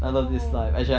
bro your